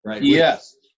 Yes